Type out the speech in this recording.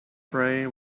pray